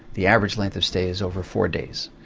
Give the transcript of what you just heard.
the average length of stay is over four days,